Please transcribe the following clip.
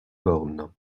born